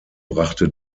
brachte